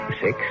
six